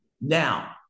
Now